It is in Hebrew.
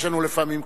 יש לנו לפעמים קושי.